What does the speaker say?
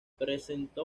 presentó